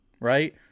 right